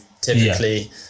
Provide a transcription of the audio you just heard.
typically